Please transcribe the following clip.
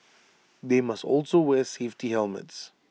they must also wear safety helmets